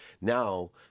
Now